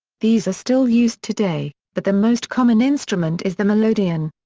these are still used today, but the most common instrument is the melodeon.